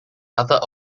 other